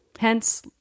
Hence